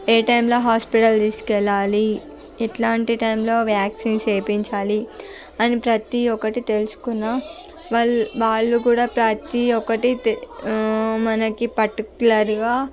ఏ టైమ్లో హాస్పిటల్ తీసుకు వెళ్ళా లి ఎలాంటి టైమ్లో వ్యాక్సిన్ చేయించాలి అని ప్రతి ఒకటి తెలుసుకున్న వా వాళ్ళు కూడా ప్రతి ఒక్కటి తె మనకి పర్టికులర్గా